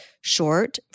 short